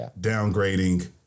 downgrading